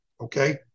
Okay